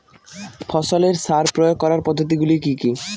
ফসলে সার প্রয়োগ করার পদ্ধতি গুলি কি কী?